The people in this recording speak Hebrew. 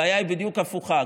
הבעיה היא בדיוק הפוכה.